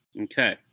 Okay